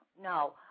no